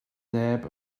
neb